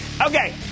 okay